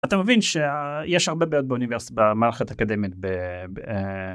אתה מבין שיש הרבה מאוד באוניברסיטה במערכת אקדמית.